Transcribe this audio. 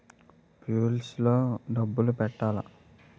Purse లో డబ్బులు పెట్టలా?